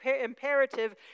imperative